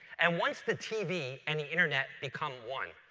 and once the tv and the internet become one,